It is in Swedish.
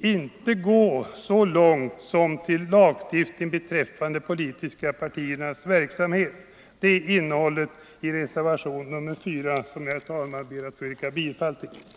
inte gå så långt som till lagstiftning beträffande de politiska partiernas verksamhet. Det är innehållet i reservationen 2, som jag, herr talman, ber att få yrka bifall till.